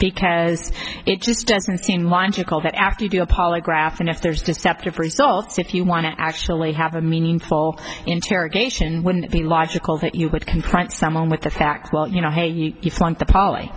because it just doesn't seem mind you call that after you do a polygraph unless there's deceptive results if you want to actually have a meaningful interrogation wouldn't be logical that you would can print someone with the facts well you know hey you want the pol